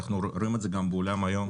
אנחנו רואים את זה גם בעולם היום,